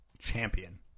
champion